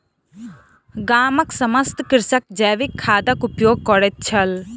गामक समस्त कृषक जैविक खादक उपयोग करैत छल